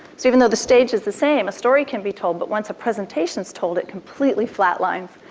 so even though the stage is the same, a story can be told, but once a presentation is told, it completely flatlines.